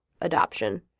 adoption